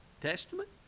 Testament